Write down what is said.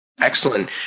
Excellent